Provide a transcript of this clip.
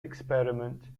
experiment